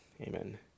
amen